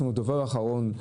יש לנו דבר אחרון.